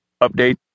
Update